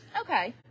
Okay